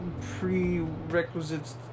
Prerequisites